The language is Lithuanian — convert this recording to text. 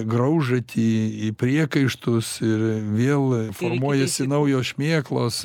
graužatį į priekaištus ir vėl formuojasi naujos šmėklos